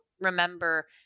remember